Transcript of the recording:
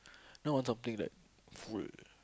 no I'm something like full